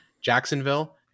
Jacksonville